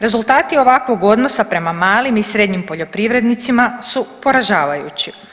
Rezultati ovakvog odnosa prema malim i srednjim poljoprivrednicima su poražavajući.